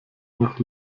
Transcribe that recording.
nach